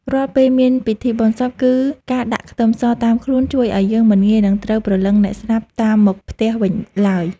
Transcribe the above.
រាល់ពេលមានពិធីបុណ្យសពគឺការដាក់ខ្ទឺមសតាមខ្លួនជួយឱ្យយើងមិនងាយនឹងត្រូវព្រលឹងអ្នកស្លាប់តាមមកផ្ទះវិញឡើយ។